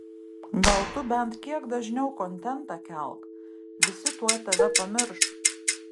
gal tu bent kiek dažniau kontentą kelk visi tuoj tave pamirš